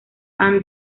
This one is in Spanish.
and